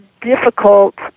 difficult